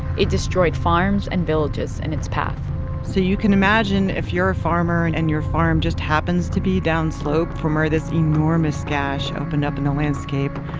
it destroyed farms and villages in its path so you can imagine if you're a farmer and and your farm just happens to be downslope from where this enormous gash opened up in the landscape,